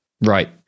right